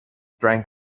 drank